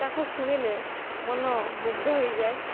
ତାକୁ ଶୁଣିଲେ ମନ ମୁଗ୍ଧ ହେଇଯାଏ